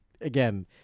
again